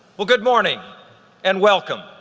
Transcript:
well good morning and welcome.